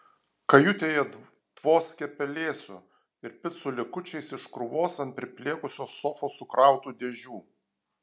kajutėje tvoskė pelėsiu ir picų likučiais iš krūvos ant priplėkusios sofos sukrautų dėžių